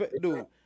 dude